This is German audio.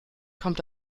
kommt